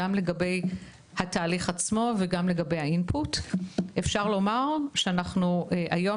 גם לגבי התהליך עצמו וגם לגבי הקליטה אפשר לומר שאנחנו היום